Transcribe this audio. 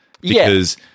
Because-